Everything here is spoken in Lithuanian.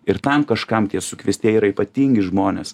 ir tam kažkam tie sukviestieji yra ypatingi žmonės